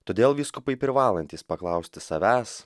todėl vyskupai privalantys paklausti savęs